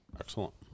Excellent